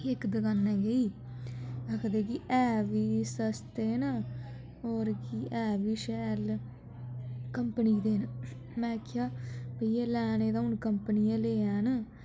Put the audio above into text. फ्ही इक दकानै गेई आखदे कि ऐ बी सस्ते न होर कि ऐ बी शैल न कम्पनी दे न में आखेआ भैया लैने ते हून कम्पनी आह्लै गै न